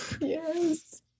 Yes